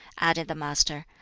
added the master,